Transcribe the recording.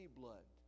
blood